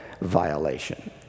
violation